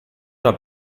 una